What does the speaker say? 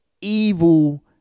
evil